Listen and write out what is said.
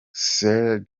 skyler